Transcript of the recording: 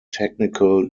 technical